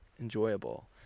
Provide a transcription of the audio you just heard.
enjoyable